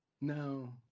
No